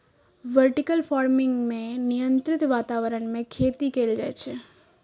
vertical farming मे नियंत्रित वातावरण मे खेती कैल जाइ छै